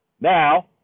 Now